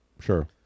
Sure